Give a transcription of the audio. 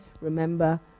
Remember